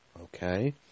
okay